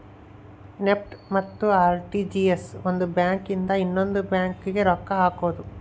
NEFT ಮತ್ತ RTGS ಒಂದ್ bank ಇಂದ ಇನ್ನೊಂದು ಬ್ಯಾಂಕ್ ಗೆ ರೊಕ್ಕ ಹಕೋದು